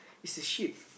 is the sheep